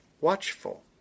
watchful